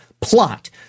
plot